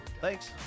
Thanks